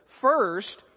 first